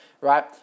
right